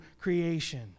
creation